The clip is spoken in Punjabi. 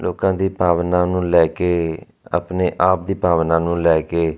ਲੋਕਾਂ ਦੀ ਭਾਵਨਾ ਨੂੰ ਲੈ ਕੇ ਆਪਣੇ ਆਪ ਦੀ ਭਾਵਨਾ ਨੂੰ ਲੈ ਕੇ